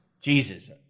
Jesus